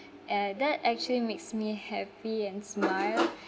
uh that actually makes me happy and smile